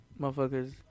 motherfuckers